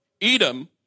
Edom